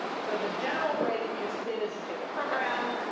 so the general way to use pin is you take a program,